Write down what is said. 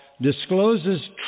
discloses